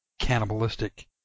cannibalistic